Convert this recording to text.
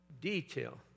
Detail